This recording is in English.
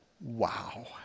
Wow